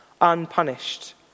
unpunished